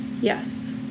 Yes